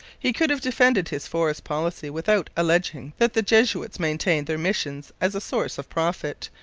he could have defended his forest policy without alleging that the jesuits maintained their missions as a source of profit,